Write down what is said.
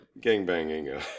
gangbanging